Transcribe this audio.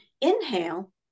inhale